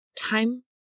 time